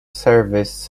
service